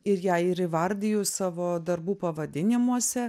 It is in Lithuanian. ir ją ir įvardiju savo darbų pavadinimuose